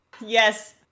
Yes